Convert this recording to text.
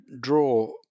draw